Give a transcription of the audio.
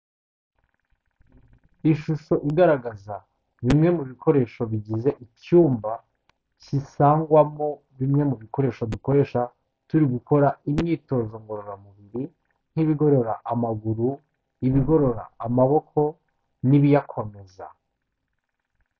Ishusho igaragaza bimwe mu bikoresho bigize icyumba kisangwamo bimwe mu bikoresho dukoresha turi gukora imyitozo ngororamubiri, nk'ibigorora amaguru, ibigorora amaboko n'ibiyakomeza.